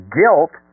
guilt